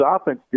offense